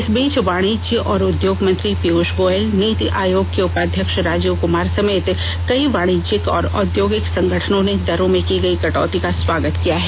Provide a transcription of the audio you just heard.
इस बीच वाणिज्य और उद्योग मंत्री पीयूष गोयल नीति आयोग के उपाध्यक्ष राजीव कुमार समेत कई वाणिज्यिक और औद्योगिक संगठनों ने दरों में की गई कटौती का स्वागत किया है